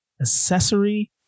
accessory